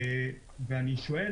ואני שואל,